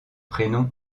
prénom